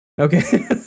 Okay